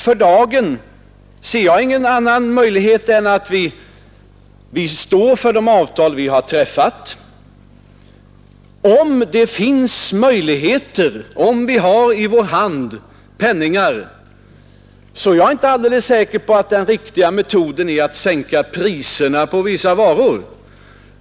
För dagen ser jag ingen annan möjlighet än att vi står för de avtal vi har träffat. Om vi i vår hand har mer pengar är jag ändå inte säker på att det är en riktig metod att sänka priserna på vissa varor.